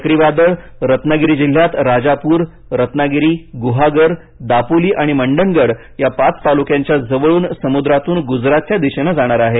चक्रीवादळ रत्नागिरी जिल्ह्यात राजापूर रत्नागिरी गुहागर दापोली आणि मंडणगड या पाच तालुक्यांच्या जवळून समुद्रातून गुजरातच्या दिशेनं जाणार आहे